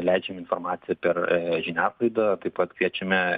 leidžiam informaciją per žiniasklaidą taip pat kviečiame